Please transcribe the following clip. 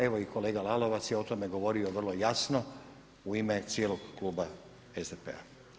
Evo i kolega Lalovac je o tome govorio vrlo jasno u ime cijelog kluba SDP-a.